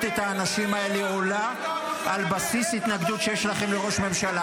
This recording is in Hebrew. את האנשים האלה לעולה על בסיס התנגדות שיש לכם לראש ממשלה.